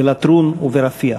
בלטרון וברפיח.